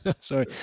sorry